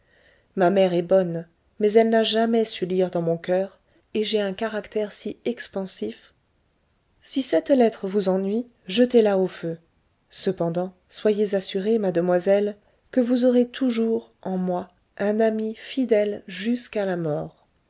ma mère est bonne mais elle n'a jamais su lire dans mon coeur et j'ai un caractère si expansif si cette lettre vous ennuie jetez-la au feu cependant soyez assurée mademoiselle que vous aurez toujours en moi un ami fidèle jusqu'à la mort